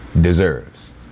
deserves